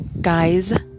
Guys